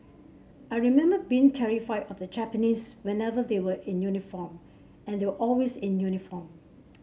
I remember being terrified of the Japanese whenever they were in uniform and they were always in uniform